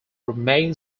remain